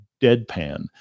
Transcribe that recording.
deadpan